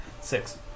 six